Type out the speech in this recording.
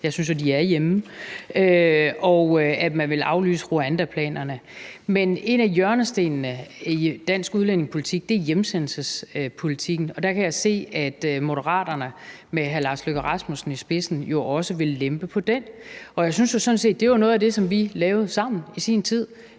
jeg synes jo, de er hjemme – og at man vil aflyse Rwandaplanerne. Men en af hjørnestenene i dansk udlændingepolitik er hjemsendelsespolitikken, og der kan jeg se, at Moderaterne med hr. Lars Løkke Rasmussen i spidsen også vil lempe på den. Og det var jo noget af det, som vi lavede sammen i sin tid.